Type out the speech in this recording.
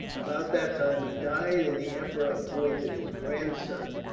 about that time he died, and the emperor appointed his grandson,